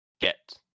get